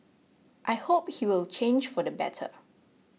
I hope he will change for the better